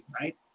right